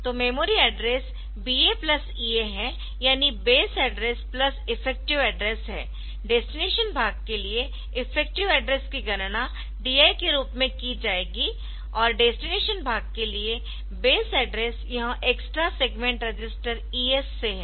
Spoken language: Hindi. तो memory address BA plus EA है यानी base address plus effective address हैडेस्टिनेशन भाग के लिए इफेक्टिव एड्रेस की गणना DI के रूप में की जाएगी और डेस्टिनेशन भाग के लिए बेस एड्रेस यह एक्स्ट्रा सेगमेंट रजिस्टर ES से है